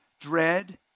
dread